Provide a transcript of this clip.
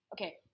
okay